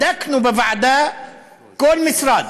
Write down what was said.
בדקנו בוועדה כל משרד,